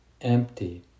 empty